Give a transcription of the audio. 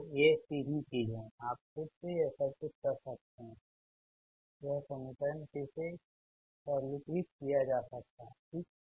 तो ये सीधी चीज है आप खुद से यह सबकुछ कर सकते होयह समीकरण फिर से सरलीकृत किया जा सकता है ठीक